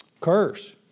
curse